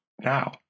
now